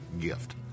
gift